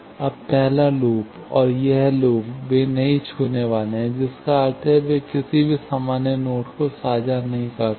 अब पहला लूप और यह लूप वे नहीं छूने वाले हैं जिसका अर्थ है कि वे किसी भी सामान्य नोड को साझा नहीं करते हैं